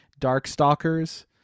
Darkstalkers